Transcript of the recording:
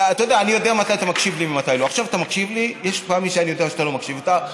אתה יודע, אני יודע מתי אתה מקשיב לי ומתי לא.